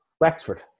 Wexford